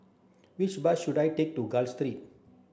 which bus should I take to Gul